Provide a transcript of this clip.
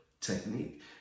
technique